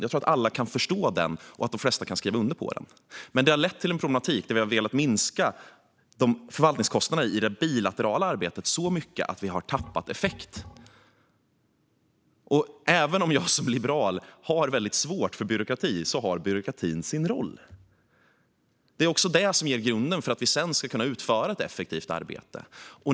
Jag tror att alla kan förstå den och att de flesta kan skriva under på den. Men den har lett till en problematik som handlar om att vi har velat minska förvaltningskostnaderna i det bilaterala arbetet så mycket att vi har tappat effekt. Även om jag som liberal har väldigt svårt för byråkrati har byråkratin sin roll. Det är den som ger grunden för att vi sedan ska kunna utföra ett effektivt arbete.